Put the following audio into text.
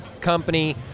company